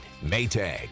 Maytag